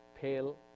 Pale